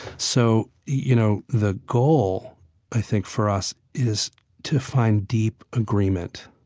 so you know, the goal i think for us is to find deep agreement.